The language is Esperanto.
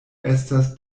estas